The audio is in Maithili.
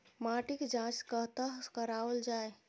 माटिक जाँच कतह कराओल जाए?